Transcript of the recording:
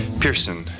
pearson